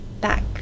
back